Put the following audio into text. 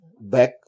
back